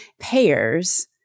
payers